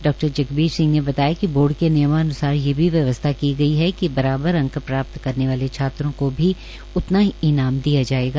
डॉ जगबीर सिंह ने बताया कि बोर्ड के नियमान्सार ये भी व्यवस्था की गई है बराबर अंक प्राप्त करने वाले छात्रों को उतना ही ईनाम दिया जायेगा